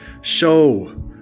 show